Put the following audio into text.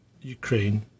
Ukraine